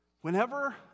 Whenever